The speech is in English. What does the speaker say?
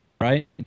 right